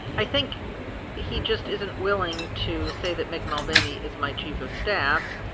i think he just isn't willing to say that mick mulvaney is my chief of staff.